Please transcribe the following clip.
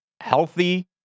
healthy